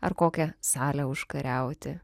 ar kokią salę užkariauti